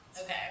Okay